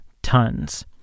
tons